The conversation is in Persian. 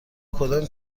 کدام